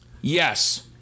Yes